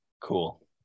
Cool